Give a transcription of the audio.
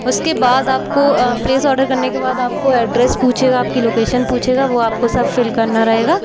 उसके बाद आपको प्लेस आर्डर करने के बाद आपको एड्रेस पूछेगा आपकी लोकेशन पूछेगा वो सब आपको फिल करना रहेगा